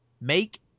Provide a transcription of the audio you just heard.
Make